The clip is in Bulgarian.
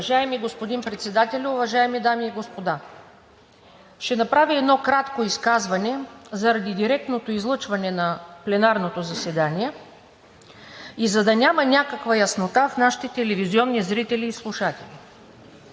Уважаеми господин Председателю, уважаеми дами и господа! Ще направя едно кратко изказване заради директното излъчване на пленарното заседание и за да няма някаква неяснота в нашите телевизионни зрители и слушатели.